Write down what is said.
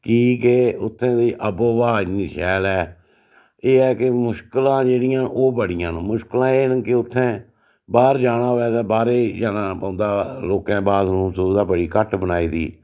कि के उत्थां दी आबो हवा इन्नी शैल ऐ एह् ऐ के मुश्कलां जेह्ड़ियां ओह् बड़ियां न मुश्कलां एह् न के उत्थै बाह्र जाना होऐ ते बाह्रै गी जाना पौंदा लोकें दे बाथरूम दी सुविधा बड़ी घट्ट बनाई दी